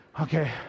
okay